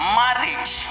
marriage